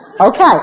Okay